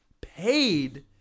paid